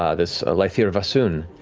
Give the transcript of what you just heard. ah this lythir vasuun,